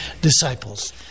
disciples